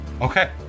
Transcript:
okay